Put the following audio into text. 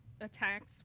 attacks